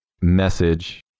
message